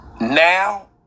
now